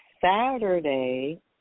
Saturday